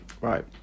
Right